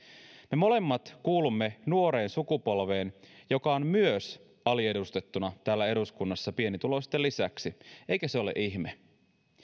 me molemmat kuulumme nuoreen sukupolveen joka on myös aliedustettuna täällä eduskunnassa pienituloisten lisäksi eikä se ole ihme